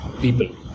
people